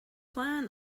plan